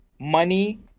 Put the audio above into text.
money